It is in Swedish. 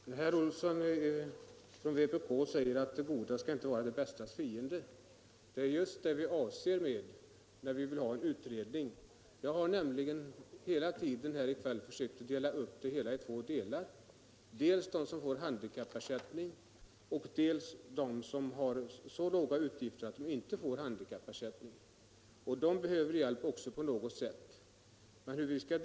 Herr talman! Herr Olsson i Stockholm säger att det bästa inte får vara det godas fiende. Det är just det vi menar när vi vill ha en utredning. Jag har hela tiden i kväll försökt tala om att de berörda kan delas in i två grupper, dels de som får handikappersättning, dels de som har så låga utgifter att de inte får handikappersättning. De kan emellertid också behöva få hjälp på något sätt.